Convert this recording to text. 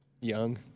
young